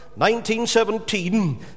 1917